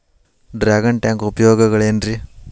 Dragon tank ಉಪಯೋಗಗಳೆನ್ರಿ?